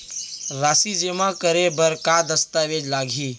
राशि जेमा करे बर का दस्तावेज लागही?